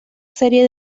serie